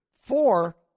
four